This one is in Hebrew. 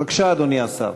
בבקשה, אדוני השר.